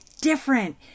different